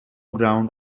ground